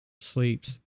sleeps